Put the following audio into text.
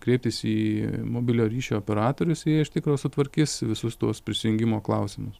kreiptis į mobiliojo ryšio operatorius jie iš tikro sutvarkys visus tuos prisijungimo klausimus